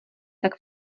tak